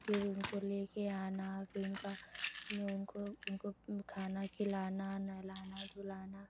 फिर उनको लेकर आना फिर उनका मैं उनको उनको खाना खिलाना नहलाना धुलाना